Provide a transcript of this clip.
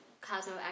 Cosmo